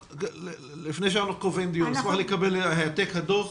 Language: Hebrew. לפני שאנחנו קובעים דיון נשמח לקבל העתק מהדוח,